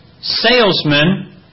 salesmen